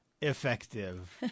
effective